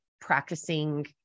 practicing